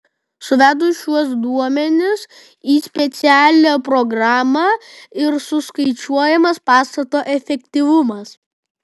suvedus šiuos duomenis į specialią programą ir suskaičiuojamas pastato efektyvumas